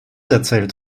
erzählt